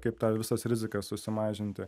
kaip tau visas rizikas susimažinti